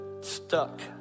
stuck